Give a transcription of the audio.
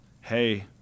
hey